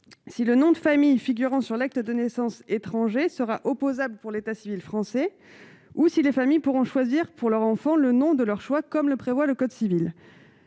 si le nom de famille figurant sur l'acte de naissance étrangers sera opposable pour l'état civil français ou si les familles pourront choisir pour leur enfant le nom de leur choix, comme le prévoit le code civil,